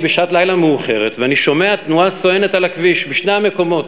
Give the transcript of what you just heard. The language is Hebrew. אני בשעת לילה מאוחרת ואני שומע תנועה סואנת על הכביש בשני המקומות.